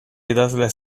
idazle